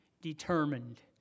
determined